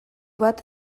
bat